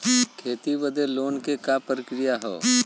खेती बदे लोन के का प्रक्रिया ह?